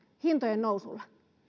hintojen nousulle